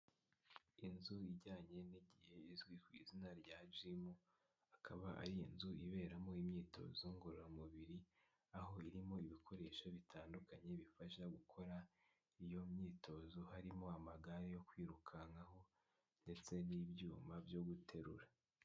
Inzu ijyanye n'igihe izwi ku izina rya gimu, akaba ari inzu iberamo imyitozo ngororamubiri, aho irimo ibikoresho bitandukanye bifasha gukora iyo myitozo, harimo amagare yo kwirukankaho ndetse n'ibyuma byo guterura.